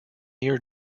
year